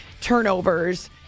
turnovers